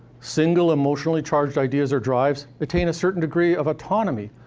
single emotionally charged ideas or drives attain a certain degree of autonomy,